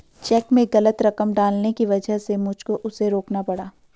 check में गलत रकम डालने की वजह से मुझको उसे रोकना पड़ा